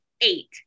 eight